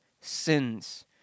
sins